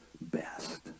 best